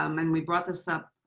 um and we brought this up.